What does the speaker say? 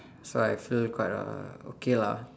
so I feel quite uh okay lah